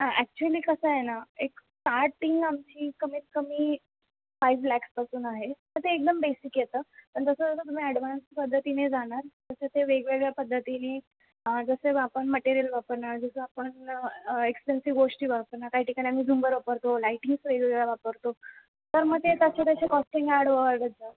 आं actually कसं आहे ना एक स्टार्टिंग आमची कमीतकमी फाईव लॅक्सपासून आहे तर ते एकदम बेसिक येतं पण जसंजसं तुम्ही ॲडवान्स पद्धतीने जाणार तसं ते वेगवेगळ्या पद्धतीनी जसे आपण मटेरियल वापरणार जसं आपण एक्स्पेन्सिव गोष्टी वापरणार काही ठिकाणी आम्ही झुंबर वापरतो लायटिंग्स वेगेवगळ्या वापरतो तर मग ते तसेतसे कॉस्टिंग ॲड वाढत जातं